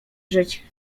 żyć